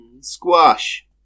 squash